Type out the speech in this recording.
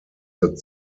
that